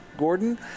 Gordon